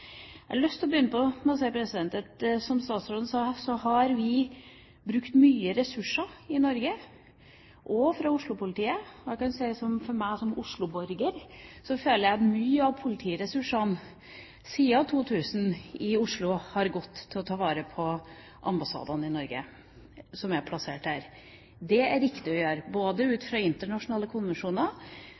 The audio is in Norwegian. Jeg har lyst til å begynne med å si, som statsråden sa, at vi har brukt mye ressurser i Norge, også fra Oslo-politiet. Jeg kan si at for meg som Oslo-borger, føler jeg at mye av politiressursene i Oslo siden 2000 har gått til å ta vare på ambassadene i Norge – som er plassert her. Det er det riktig å gjøre ut fra internasjonale konvensjoner,